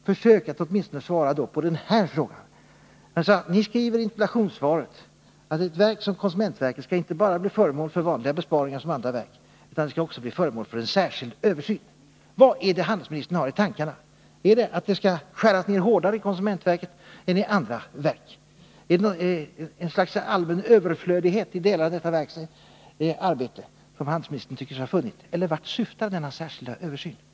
Försök att åtminstone svara på den fråga jag nu vill ställa: Ni säger i interpellationssvaret att ett verk som konsumentverket inte bara skall bli föremål för vanliga besparingar, som andra verk, utan det skall också bli föremål för en särskild översyn. Vad är det handelsministern har i tankarna? Är det att det skall skäras ner hårdare i konsumentverket än i andra verk? Är det låt mig säga ett slags allmän överflödighet i delar av detta verks arbete som handelsministern tycker sig ha funnit? Eller vad syftar handelsministern på när han talar om denna särskilda översyn?